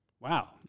Wow